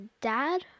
Dad